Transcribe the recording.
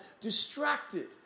distracted